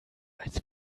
als